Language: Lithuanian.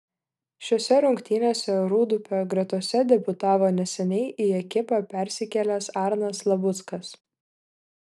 šiose rungtynėse rūdupio gretose debiutavo neseniai į ekipą persikėlęs arnas labuckas